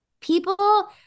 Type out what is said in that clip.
People